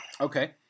Okay